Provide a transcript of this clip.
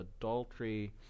adultery